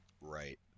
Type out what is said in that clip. Right